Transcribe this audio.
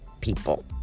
people